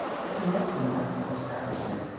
it is a most remarkable establishment.